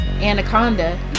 anaconda